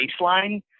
baseline